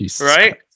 right